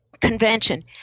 convention